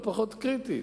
קריטית.